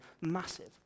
massive